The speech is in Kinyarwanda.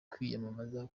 kwiyamamaza